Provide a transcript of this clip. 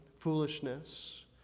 foolishness